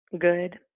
good